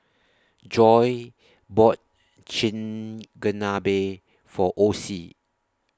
Joi bought Chigenabe For Osie